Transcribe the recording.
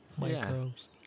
microbes